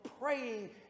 praying